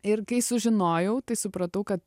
ir kai sužinojau tai supratau kad